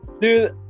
Dude